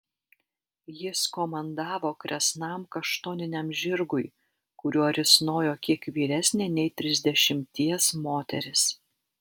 jis komandavo kresnam kaštoniniam žirgui kuriuo risnojo kiek vyresnė nei trisdešimties moteris